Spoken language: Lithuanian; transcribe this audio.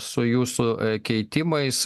su jūsų keitimais